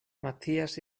matthias